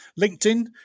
LinkedIn